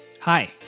Hi